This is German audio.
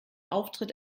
auftritt